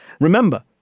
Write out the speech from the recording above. Remember